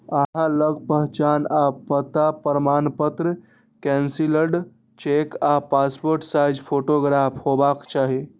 अहां लग पहचान आ पता प्रमाणपत्र, कैंसिल्ड चेक आ पासपोर्ट साइज फोटोग्राफ हेबाक चाही